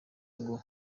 ngo